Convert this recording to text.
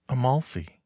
Amalfi